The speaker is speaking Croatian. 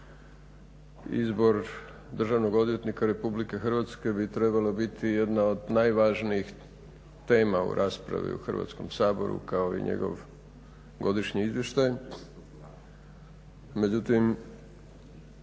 Izbor državnog odvjetnika RH bi trebala biti jedna od najvažnijih tema u raspravi u Hrvatskom saboru kao i njegov godišnji izvještaj, međutim